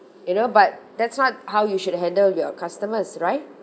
you know but that's not how you should handle your customers right